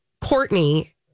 Courtney